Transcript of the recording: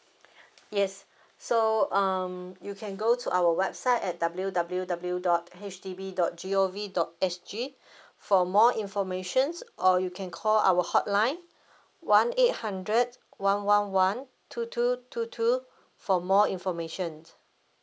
yes so um you can go to our website at W W W dot H D B dot G O V dot S G for more informations or you can call our hotline one eight hundred one one one two two two two for more information